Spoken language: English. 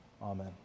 Amen